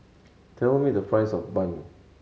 tell me the price of bun